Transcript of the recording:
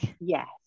Yes